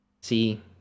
see